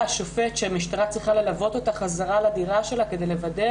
השופט קובע שהמשטרה צריכה ללוות אותה חזרה לדירה שלה כדי לוודא